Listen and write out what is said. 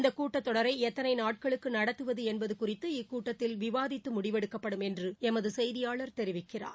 இந்த கூட்டத்தொடரை எத்தனை நாட்களுக்கு நடத்துவது என்பது குறித்து இக்கூட்டத்தில் விவாதித்து முடிவெடுக்கப்படும் என்று எமது செய்தியாளர் தெரிவிக்கிறார்